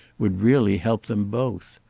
would really help them both.